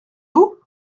vous